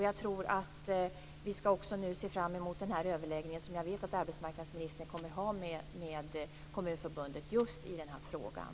Jag tror att vi skall se fram emot den överläggning som jag vet att arbetsmarknadsministern kommer att ha med Kommunförbundet i just den här frågan.